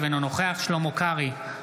שלמה קרעי,